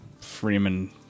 Freeman